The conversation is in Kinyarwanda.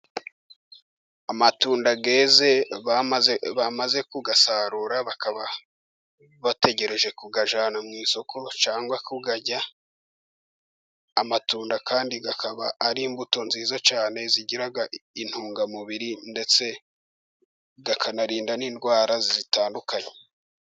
Amatunda yeze, bamaze kuyasarura bakaba bategereje kuyajyana mu isoko cyangwa kuyarya, amatunda kandi akaba ari imbuto nziza cyane zigira intungamubiri ndetse akanarinda n'indwara zitandukanye.